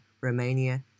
Romania